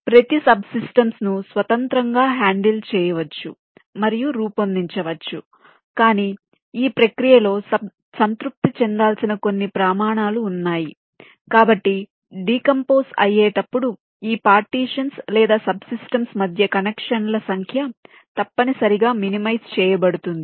ప్రతి sub systems ను స్వతంత్రంగా హ్యాండిల్ చేయవచ్చు మరియు రూపొందించవచ్చు కానీ ఈ ప్రక్రియలో సంతృప్తి చెందాల్సిన కొన్ని ప్రమాణాలు ఉన్నాయి కాబట్టి డీకంపోస్ అయ్యేటప్పుడు ఈ పార్టీషన్స్ లేదా సబ్ సిస్టమ్స్ మధ్య కనెక్షన్ల సంఖ్య తప్పనిసరిగా మినిమైజ్ చేయబడుతుంది